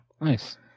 nice